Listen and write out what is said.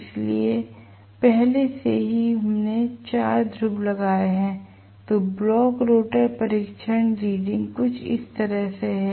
इसलिए पहले से ही हमने 4 ध्रुव लगाए हैं तो ब्लॉक रोटर परीक्षण रीडिंग कुछ इस तरह है